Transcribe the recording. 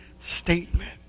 statement